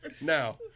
Now